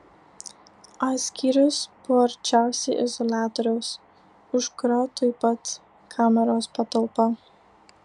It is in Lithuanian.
a skyrius buvo arčiausiai izoliatoriaus už kurio tuoj pat kameros patalpa